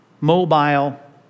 mobile